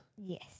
Yes